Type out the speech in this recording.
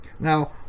Now